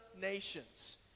nations